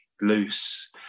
loose